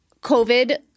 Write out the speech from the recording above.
covid